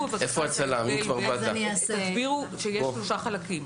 אז אני אסביר קודם את שלושת החלקים.